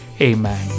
Amen